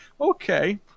okay